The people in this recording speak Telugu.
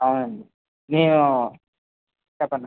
అవునండి మేము చెప్పండి